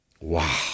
Wow